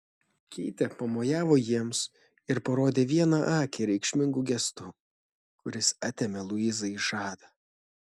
keitė pamojavo jiems ir parodė vieną akį reikšmingu gestu kuris atėmė luizai žadą